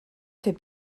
fait